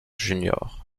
juniors